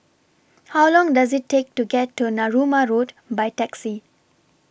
How Long Does IT Take to get to Narooma Road By Taxi